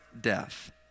death